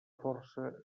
força